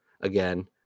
again